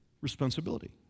responsibility